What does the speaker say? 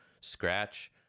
scratch